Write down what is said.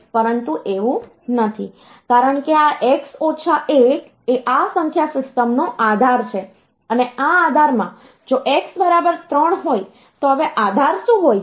પરંતુ એવું નથી કારણ કે આ x ઓછા 1 એ આ સંખ્યા સિસ્ટમનો આધાર છે અને આ આધારમાં જો x બરાબર 3 હોય તો હવે આધાર શું હોય છે